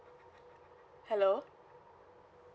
hello